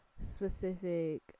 specific